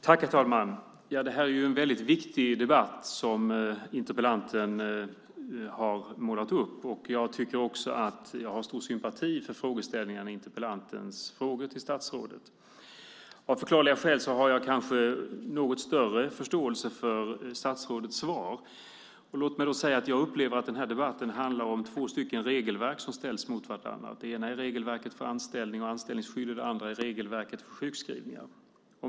Herr talman! Det här är en väldigt viktig debatt som interpellanten har tagit upp. Jag har stor sympati för interpellantens frågor till statsrådet. Av förklarliga skäl har jag kanske något större förståelse för statsrådets svar. Låt mig säga att jag upplever att den här debatten handlar om två regelverk som ställs mot varandra. Det ena är regelverket för anställning och anställningsskyddet, det andra är regelverket för sjukskrivningar.